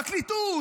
הפרקליטות,